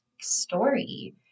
story